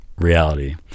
reality